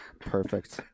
perfect